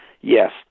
yes